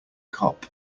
cop